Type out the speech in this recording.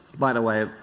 by the way,